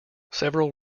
several